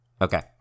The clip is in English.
Okay